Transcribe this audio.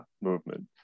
movement